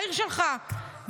העיר שלך,